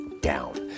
down